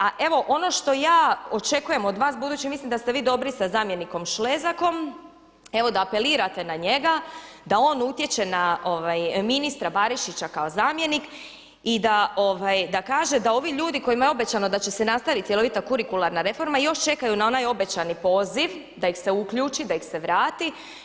A evo ono što ja očekujem od vas budući mislim da ste vi dobri sa zamjenikom Šlezakom, evo da apelirate na njega, da on utječe na ministra Barišića kao zamjenik i da kaže da ovi ljudi kojima je obećano da će se nastaviti cjelovita kurikularna reforma još čekaju na onaj obećani poziv da ih se uključi, da ih se vrati.